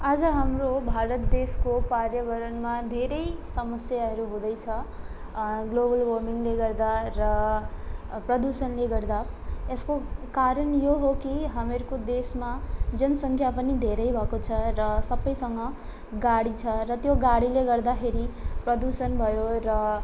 आज हाम्रो भारत देशको पर्यावरणमा धेरै समस्याहरू हुँदैछ ग्लोबल वार्मिङले गर्दा र प्रदूषणले गर्दा यसको कारण यो हो कि हाम्रो देशमा जनसङ्ख्या पनि धेरै भएको छ र सबैसँग गाडी छ र त्यो गाडीले गर्दाखेरि प्रदूषण भयो र